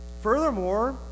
Furthermore